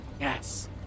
Yes